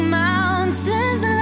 mountains